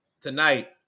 tonight